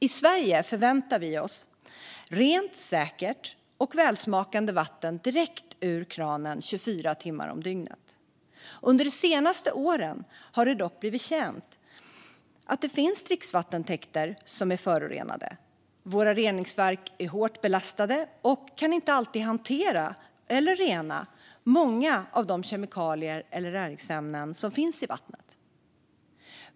I Sverige förväntar vi oss rent, säkert och välsmakande vatten direkt ur kranen 24 timmar om dygnet. Under de senaste åren har det dock blivit känt att det finns dricksvattentäkter som är förorenade. Våra reningsverk är hårt belastade och kan inte alltid hantera eller rena många av de kemikalier och näringsämnen som finns i vattnet.